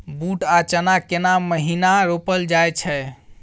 बूट आ चना केना महिना रोपल जाय छै?